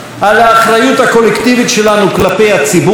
על האחריות הקולקטיבית שלנו כלפי הציבור,